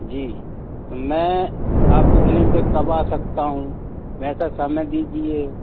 जी तो मैं आपके क्लीनिक पर कब आ सकता हूँ वैसा समय दीजिए